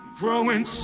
growing